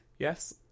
Yes